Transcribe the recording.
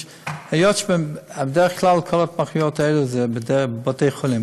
היות שבדרך כלל כל ההתמחויות האלה הן בבתי-חולים,